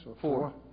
Four